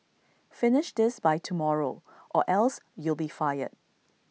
finish this by tomorrow or else you'll be fired